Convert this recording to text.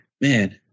man